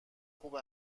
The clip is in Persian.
خوب